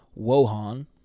Wohan